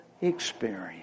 experience